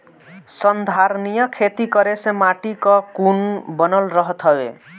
संधारनीय खेती करे से माटी कअ गुण बनल रहत हवे